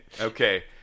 okay